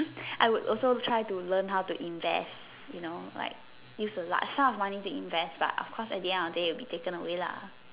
I would also try to learn how to invest you know like use a lot short of money to invest but of course at the end of the day will be taken away lah